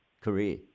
career